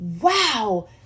Wow